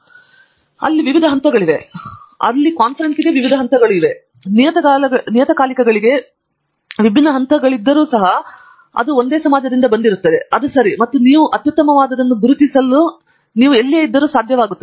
ಎಷ್ಟು ಹೆಚ್ಚಿನದು ನೀವು ಹೋಗಬಹುದು ಮತ್ತು ಅಲ್ಲಿ ವಿವಿಧ ಹಂತಗಳಿವೆ ಅಂದರೆ ಅಲ್ಲಿ ಅದು ಕಾನ್ಫರೆನ್ಸ್ಗೆ ವಿವಿಧ ಹಂತಗಳನ್ನು ಹೊಂದಿದೆ ನಿಯತಕಾಲಿಕಗಳಿಗೆ ವಿಭಿನ್ನ ಹಂತದಲ್ಲಿ ಅದು ರನ್ ಆಗಿದ್ದರೂ ಸಹ ಅದೇ ಸಮಾಜದಿಂದ ಮತ್ತು ಅದು ಸರಿ ನೀವು ಮಾಡಬಹುದಾದ ಅತ್ಯುತ್ತಮದನ್ನು ಗುರುತಿಸಲು ಮತ್ತು ನೀವು ಎಲ್ಲಿಯೇ ಇರಲಿ